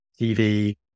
TV